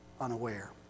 unaware